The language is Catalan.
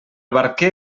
barquer